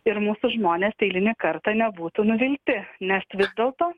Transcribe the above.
ir mūsų žmonės eilinį kartą nebūtų nuvilti nes vis dėlto